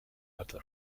hatte